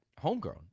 Homegrown